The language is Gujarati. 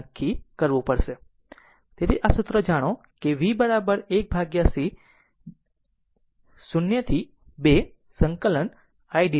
તેથી આ સૂત્ર જાણો કે v 1c 0 to 2 ∫ of idt v 0